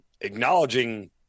acknowledging